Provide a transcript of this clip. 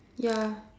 ya